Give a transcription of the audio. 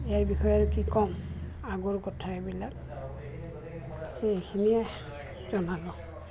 ইয়াৰ বিষয়ে আৰু কি ক'ম আগৰ কথা এইবিলাক গতিকে সেইখিনিয়ে জনালোঁ